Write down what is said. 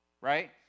right